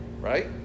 right